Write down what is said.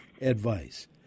advice